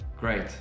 Great